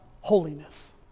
holiness